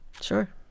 Sure